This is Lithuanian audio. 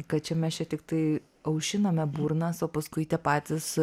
kad čia mes čia tiktai aušiname burnas o paskui tie patys